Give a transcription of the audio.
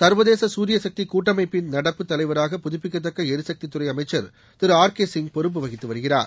சர்வதேச சூரிய சக்தி கூட்டமைப்பின் நடப்பு தலைவராக புதுப்பிக்கத்தக்க எரிசக்தித்துறை அமைச்சர் திரு ஆர் கே சிங் பொறுப்பு வகித்து வருகிறார்